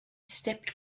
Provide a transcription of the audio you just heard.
stepped